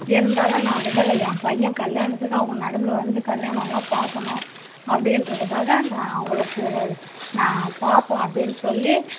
இருந்தாலும் நான் விடலை என் பையன் கல்யாணத்துக்கு அவங்க நடந்து வந்து கல்யாணலாம் பார்க்கணும் அப்படின்றத்துக்காக நான் அவங்களுக்கு நான் பாப்பேன் அப்டின்னு சொல்லி